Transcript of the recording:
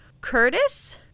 Curtis